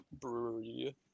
brewery